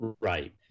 Right